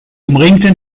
umringten